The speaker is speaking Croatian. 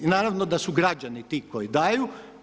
I naravno da su građani ti koji daju.